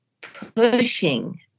pushing